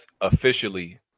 officially